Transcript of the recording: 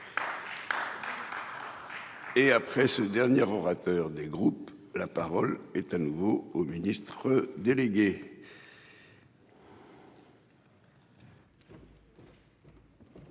Et après ce dernier orateur des groupes. La parole est à nouveau au ministre délégué.